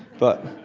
but,